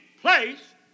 place